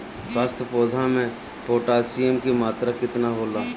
स्वस्थ पौधा मे पोटासियम कि मात्रा कितना होला?